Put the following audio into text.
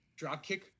Dropkick